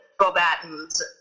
Bobatins